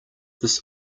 this